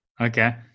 Okay